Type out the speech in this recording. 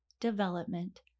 development